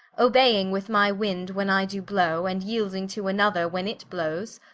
obeying with my winde when i do blow, and yeelding to another, when it blowes,